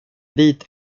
dit